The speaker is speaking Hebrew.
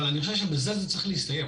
אבל אני חושב שבזה זה צריך להסתיים.